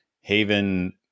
Haven